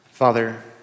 Father